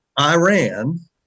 Iran